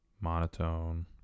monotone